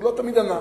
הוא לא תמיד ענה.